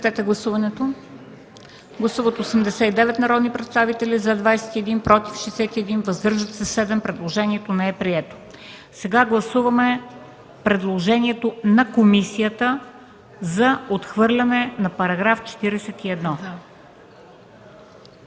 на гласуване предложението на комисията за отхвърляне на § 89.